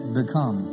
become